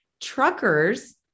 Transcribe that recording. truckers